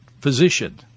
Physician